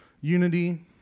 Unity